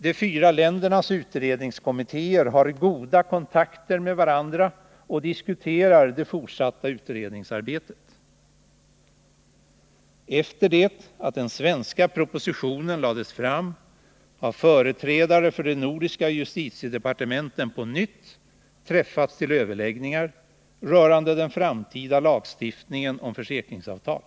De fyra ländernas utredningskommittéer har goda kontakter med varandra och diskuterar det fortsatta utredningsarbetet. Sedan den svenska propositionen lagts fram har företrädare för de nordiska justitiedepartementen på nytt träffats för överläggningar rörande den framtida lagstiftningen om försäkringsavtal.